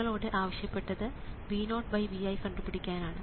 നിങ്ങളോട് ആവശ്യപ്പെട്ടത് V0Vi കണ്ടുപിടിക്കാൻ ആണ്